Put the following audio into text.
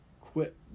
quit